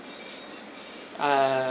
ah